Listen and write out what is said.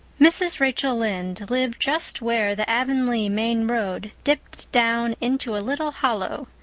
mrs. rachel lynde lived just where the avonlea main road dipped down into a little hollow,